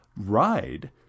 ride